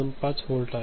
25 volt आहे